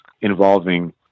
involving